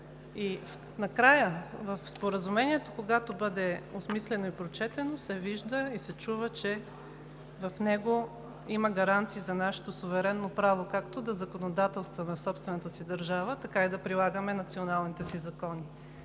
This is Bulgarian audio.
И накрая: в Споразумението, когато бъде осмислено и прочетено, се вижда и се чува, че в него има гаранции за нашето суверенно право както да законодателстваме в собствената си държава, така и да прилагаме националните си закони.